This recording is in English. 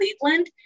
Cleveland